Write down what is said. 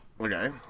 Okay